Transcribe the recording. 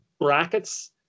brackets